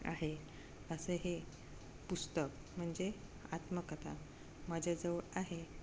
आहे असं हे पुस्तक म्हणजे आत्मकथा माझ्याजवळ आहे